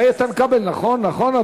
איתן כבל, נכון, נכון.